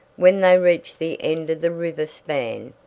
when they reached the end of the river span,